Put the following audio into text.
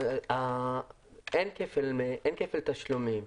אין כפל תשלומים.